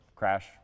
Crash